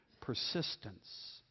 persistence